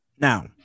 Now